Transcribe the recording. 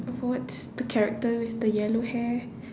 what's the character with the yellow hair